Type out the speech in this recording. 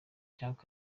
cyangwa